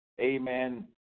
Amen